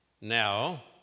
Now